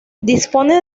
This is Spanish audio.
dispone